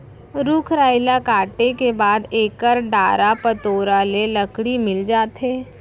रूख राई ल काटे के बाद एकर डारा पतोरा ले लकड़ी मिलथे